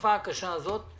ובתקופה הקשה הזאת,